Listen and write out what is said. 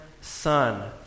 son